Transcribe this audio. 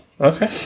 Okay